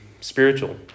spiritual